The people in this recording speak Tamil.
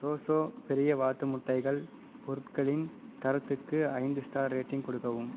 ஃப்ரோஷோ பெரிய வாத்து முட்டைகள் பொருட்களின் தரத்துக்கு ஐந்து ஸ்டார் ரேட்டிங் கொடுக்கவும்